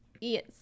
Yes